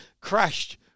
crashed